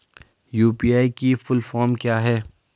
UPI की full form क्या है?